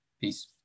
Peace